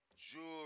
jewelry